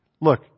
Look